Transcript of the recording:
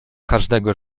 każdego